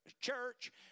church